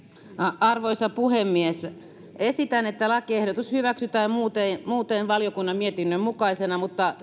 arvoisa puhemies esitän että lakiehdotus hyväksytään muutoin muutoin valiokunnan mietinnön mukaisena mutta